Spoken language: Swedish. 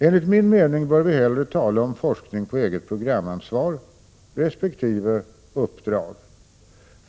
Enligt min mening bör vi hellre tala om forskning på eget programansvar resp. uppdrag.